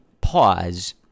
pause